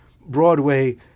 Broadway